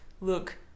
look